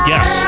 Yes